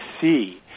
see